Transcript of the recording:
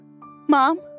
Mom